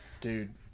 Dude